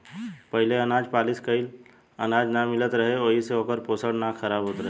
पहिले अनाज पॉलिश कइल अनाज ना मिलत रहे ओहि से ओकर पोषण ना खराब होत रहे